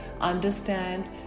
understand